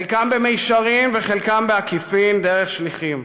חלקם במישרין וחלקם בעקיפין דרך שליחים.